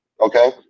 okay